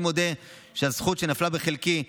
אני מודה על הזכות שנפלה בחלקי,